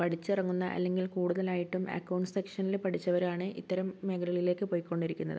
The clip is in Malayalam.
പഠിച്ചെറങ്ങുന്ന അല്ലെങ്കിൽ കൂടുതലായിട്ടും അക്കൗണ്ട് സെക്ഷനിൽ പഠിച്ചവരാണ് ഇത്തരം മേഖലകളിലേക്ക് പൊയ്ക്കൊണ്ടിരിക്കുന്നത്